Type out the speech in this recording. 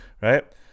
right